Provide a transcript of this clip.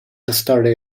study